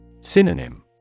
Synonym